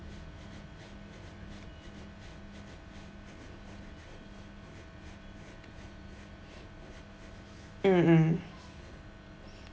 mm mm